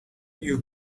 you